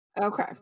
okay